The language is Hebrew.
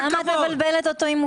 אתה מפקח?